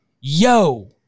Yo